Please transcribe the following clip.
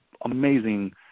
amazing